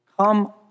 Come